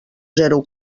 zero